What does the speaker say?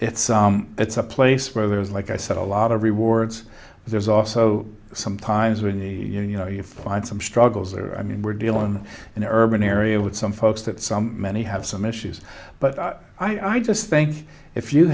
it's it's a place where there's like i said a lot of rewards there's also some times when the you know you find some struggles or i mean we're dealing with an urban area with some folks that some many have some issues but i just think if you